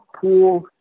pool